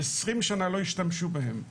שעשרים שנה לא השתמשו בהם.